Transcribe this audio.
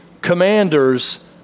Commanders